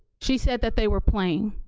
she said that they were playing